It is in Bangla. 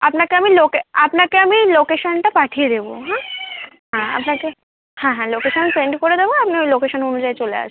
আপনাকে আমি লোকে আপনাকে আমি লোকেশনটা পঠিয়ে দেবো হ্যাঁ হ্যাঁ আপনাকে হ্যাঁ হ্যাঁ লোকেশন সেন্ড করে দেবো আপনি ওই লোকেশন অনুযায়ী চলে আসবেন